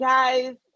Guys